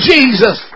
Jesus